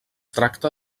tracta